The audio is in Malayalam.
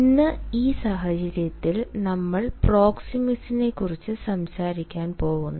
ഇന്ന് ഈ സാഹചര്യത്തിൽ നമ്മൾ പ്രോക്സെമിക്സിനെക്കുറിച്ച് സംസാരിക്കാൻ പോകുന്നു